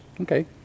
Okay